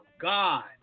god